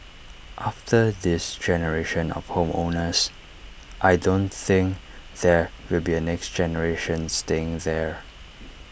after this generation of home owners I don't think there will be A next generation staying there